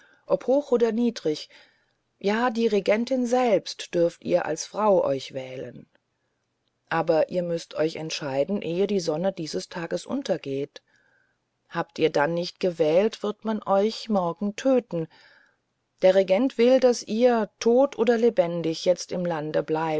ob hoch oder niedrig ja die regentin selbst dürft ihr als frau euch erwählen aber ihr müßt euch entscheiden ehe die sonne dieses tages untergeht habt ihr dann nicht gewählt wird man euch morgen töten der regent will daß ihr tot oder lebendig jetzt im lande bleibt